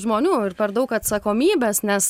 žmonių ir per daug atsakomybės nes